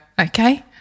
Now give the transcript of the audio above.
Okay